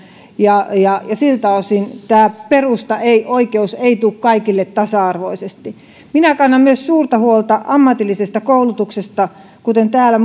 ja ja siltä osin tämä perusta oikeus ei tule kaikille tasa arvoisesti minä kannan suurta huolta myös ammatillisesta koulutuksesta kuten täällä